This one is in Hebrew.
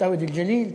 "תהוויד אל-ג'ליל",